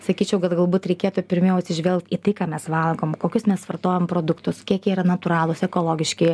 sakyčiau kad galbūt reikėtų pirmiau atsižvelgt į tai ką mes valgom kokius mes vartojam produktus kiek jie yra natūralūs ekologiški